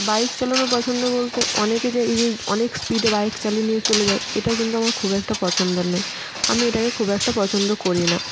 bike চালানো পছন্দ বলতে অনেকে যে এই যে অনেক স্পিডে বাইক চালিয়ে নিয়ে চলে যায় এটা কিন্তু আমার খুব একটা পছন্দের নয় আমি এটাকে খুব একটা পছন্দ করি না